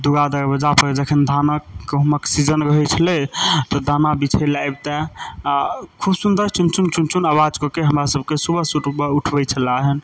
दुआरि दरबजा पर जखन धानक हुनक सीजन रहै छलै तऽ दाना बिछै लए आबितए आ खूब सुन्दर चुनचुन चुनचुन आवाज कऽ के हमरा सभके सुबह सुबह उठबै छलए हन